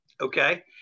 okay